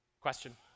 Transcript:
Question